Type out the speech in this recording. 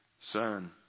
son